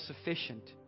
sufficient